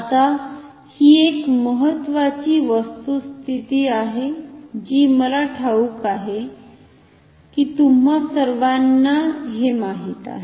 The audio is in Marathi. आता ही एक महत्त्वाची वस्तुस्थिती आहे जी मला ठाऊक आहे कि तुम्हा सर्वांना माहित आहे